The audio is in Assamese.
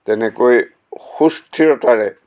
তেনেকৈ সুস্থিৰতাৰে